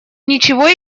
ничего